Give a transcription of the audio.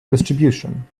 distribution